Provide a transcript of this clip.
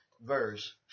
verse